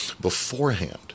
beforehand